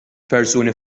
persuni